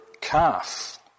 calf